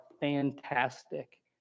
fantastic